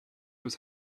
was